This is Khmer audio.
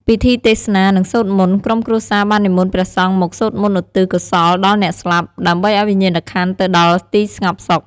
ពិធីទេសនា និងសូត្រមន្ត ក្រុមគ្រួសារបាននិមន្តព្រះសង្ឃមកសូត្រមន្តឧទ្ទិសកុសលដល់អ្នកស្លាប់ ដើម្បីឱ្យវិញ្ញាណក្ខន្ធទៅដល់ទីស្ងប់សុខ។